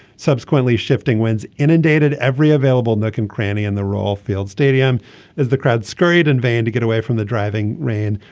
subsequently shifting winds inundated every available nook and cranny in the royal field stadium as the crowd screamed in vain to get away from the driving rain.